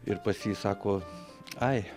ir pats jis sako ai